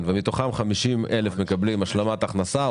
ומתוכם 50,000 מקבלים השלמת הכנסה,